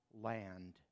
land